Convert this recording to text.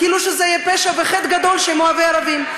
כאילו שזה פשע וחטא גדול שהם אוהבי ערבים.